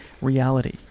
reality